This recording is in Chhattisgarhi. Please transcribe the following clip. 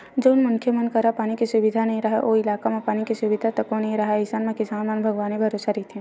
जउन मनखे मन करा पानी के सुबिधा नइ राहय ओ इलाका म पानी के सुबिधा तको नइ राहय अइसन म किसान मन भगवाने भरोसा रहिथे